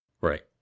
Right